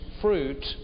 fruit